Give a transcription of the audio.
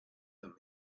them